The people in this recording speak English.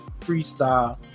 freestyle